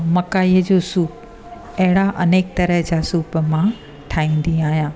ऐं मकाईअ जो सूप अहिड़ा अनेक तरहि जा सूप मां ठाहींदी आहियां